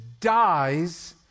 dies